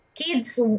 Kids